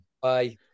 Bye